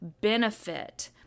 benefit